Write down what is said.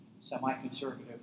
Semi-conservative